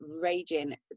raging